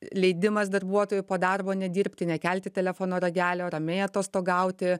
leidimas darbuotojui po darbo nedirbti nekelti telefono ragelio ramiai atostogauti